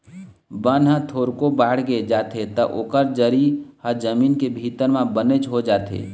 बन ह थोरको बाड़गे जाथे त ओकर जरी ह जमीन के भीतरी म बनेच हो जाथे